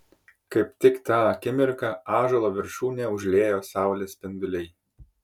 kaip tik tą akimirką ąžuolo viršūnę užliejo saulės spinduliai